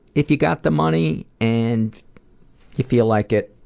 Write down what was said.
if you got the money and you feel like it,